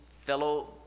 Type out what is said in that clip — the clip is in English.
fellow